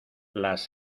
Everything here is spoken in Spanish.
las